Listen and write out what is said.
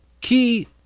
key